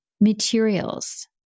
materials